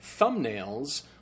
thumbnails